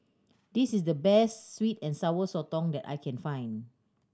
this is the best sweet and Sour Sotong that I can find